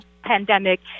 pandemic